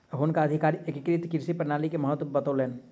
हुनका अधिकारी एकीकृत कृषि प्रणाली के महत्त्व बतौलैन